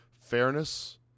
Fairness